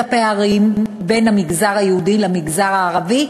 הפערים בין המגזר היהודי למגזר הערבי,